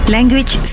Language